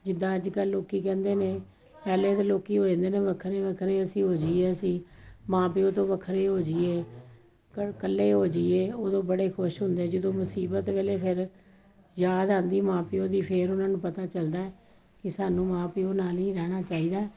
ਜਿੱਦਾਂ ਅੱਜ ਕੱਲ੍ਹ ਲੋਕ ਕਹਿੰਦੇ ਨੇ ਪਹਿਲੇ ਦੇ ਲੋਕ ਹੋ ਜਾਂਦੇ ਨੇ ਵੱਖਰੇ ਵੱਖਰੇ ਅਸੀਂ ਹੋ ਜਾਈਏ ਅਸੀਂ ਮਾਂ ਪਿਓ ਤੋਂ ਵੱਖਰੇ ਹੋ ਜਾਈਏ ਕ ਇਕੱਲੇ ਹੋ ਜਾਈਏ ਉਦੋਂ ਬੜੇ ਖੁਸ਼ ਹੁੰਦੇ ਜਦੋਂ ਮੁਸੀਬਤ ਵੇਲੇ ਫਿਰ ਯਾਦ ਆਉਂਦੀ ਮਾਂ ਪਿਓ ਦੀ ਫਿਰ ਉਹਨਾਂ ਨੂੰ ਪਤਾ ਚੱਲਦਾ ਕਿ ਸਾਨੂੰ ਮਾਂ ਪਿਓ ਨਾਲ ਹੀ ਰਹਿਣਾ ਚਾਹੀਦਾ